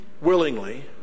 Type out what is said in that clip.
willingly